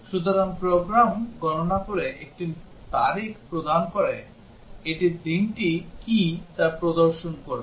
সুতরাং প্রোগ্রাম গণনা করে একটি তারিখ প্রদান করে এটি দিনটি কী তা প্রদর্শন করবে